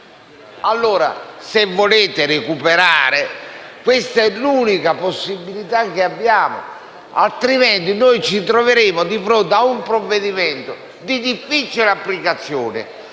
diversa? Se volete recuperare, questa è allora l'unica possibilità che abbiamo, altrimenti ci troveremo di fronte a un provvedimento di difficile e difforme